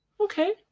Okay